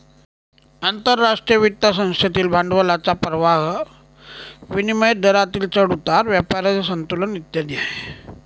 आंतरराष्ट्रीय वित्त संस्थेतील भांडवलाचा प्रवाह, विनिमय दरातील चढ उतार, व्यापाराचे संतुलन इत्यादी आहे